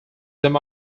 them